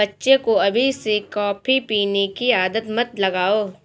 बच्चे को अभी से कॉफी पीने की आदत मत लगाओ